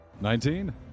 Nineteen